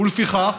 ולפיכך